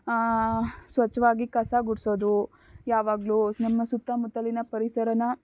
ಸ್ವಚ್ಛವಾಗಿ ಕಸ ಗುಡಿಸೋದು ಯಾವಾಗಲೂ ನಿಮ್ಮ ಸುತ್ತಮುತ್ತಲಿನ ಪರಿಸರನ